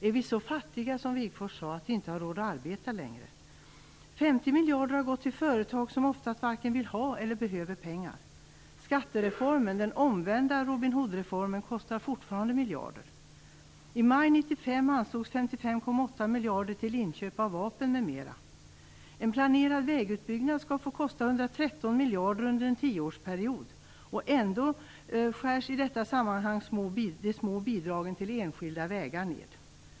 Är vi så fattiga som Wigforss sade att vi inte har råd att arbeta längre. 50 miljarder har gått till företag som ofta varken vill ha eller behöver pengar. Skattereformen, den omvända Robin Hoodreformen, kostar fortfarande miljarder. I maj 1995 anslogs 55,8 miljarder till inköp av vapen m.m. En planerad vägutbyggnad skall få kosta 113 miljarder under en tioårsperiod - och ändå skärs i detta sammanhang de små bidragen till enskilda vägar ned.